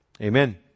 Amen